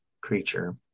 creature